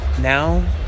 now